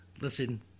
Listen